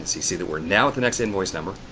see see that we're now at the next invoice number,